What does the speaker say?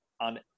on